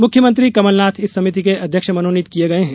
मुख्यमंत्री कमलनाथ इस समिति के अध्यक्ष मनोनीत किये गये हैं